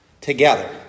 together